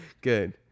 good